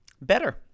better